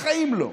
בחיים לא.